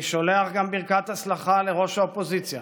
אני שולח גם ברכת הצלחה לראש האופוזיציה